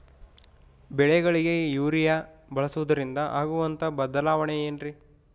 ಬೆಳೆಗಳಿಗೆ ಯೂರಿಯಾ ಬಳಸುವುದರಿಂದ ಆಗುವಂತಹ ಬದಲಾವಣೆ ಏನ್ರಿ?